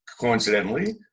coincidentally